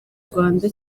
rwanda